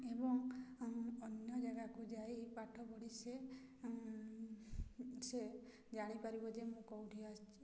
ଏବଂ ଅନ୍ୟ ଜାଗାକୁ ଯାଇ ପାଠ ପଢ଼ି ସେ ଜାଣିପାରିବ ଯେ ମୁଁ କେଉଁଠି ଆସିଛି କଣ